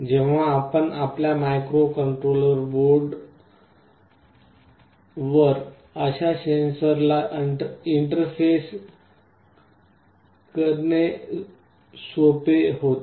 जेव्हा आपण आपल्या मायक्रोकंट्रोलर बोर्डावर अशा सेन्सरला इंटरफेस करणे खूप सोपे होते